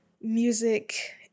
music